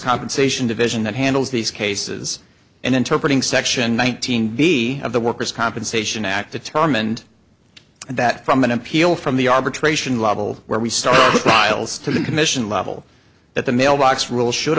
compensation division that handles these cases and interpreting section one thousand b of the worker's compensation act determined that from an appeal from the arbitration level where we start files to the commission level that the mailbox rule should